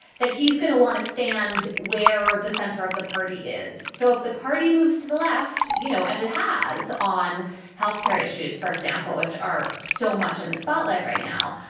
that he's going to want to stand where the center of the party is. so if the party moves to the left, you know, as it has on health care issues, for example, which are so much in the spotlight right now,